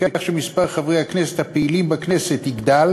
בכך שמספר חברי הכנסת הפעילים בכנסת יגדל,